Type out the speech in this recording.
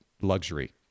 luxury